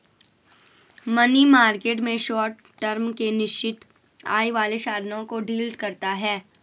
money market में short term के निश्चित आय वाले साधनों को डील करता है